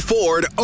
Ford